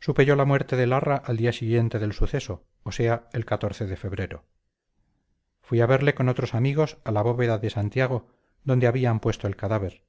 yo la muerte de larra al día siguiente del suceso o sea el de febrero fui a verle con otros amigos a la bóveda de santiago donde habían puesto el cadáver